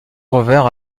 revinrent